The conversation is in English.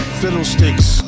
fiddlesticks